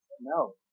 No